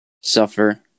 suffer